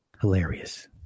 Hilarious